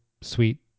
sweet